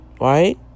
right